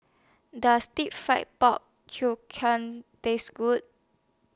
Does Deep Fried Pork Taste Good